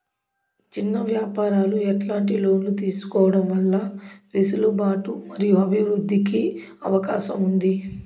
చిన్న వ్యాపారాలు ఎట్లాంటి లోన్లు తీసుకోవడం వల్ల వెసులుబాటు మరియు అభివృద్ధి కి అవకాశం ఉంది?